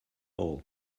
all